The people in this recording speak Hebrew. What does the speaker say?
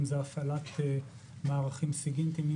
אם זה הפעלת מערכים סיגנטיים,